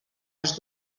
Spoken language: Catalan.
els